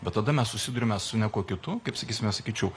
bet tada mes susiduriame su niekuo kitu kaip sakysime sakyčiau